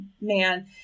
man